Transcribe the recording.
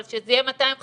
אבל שזה יהיה 250 בכלל,